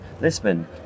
Lisbon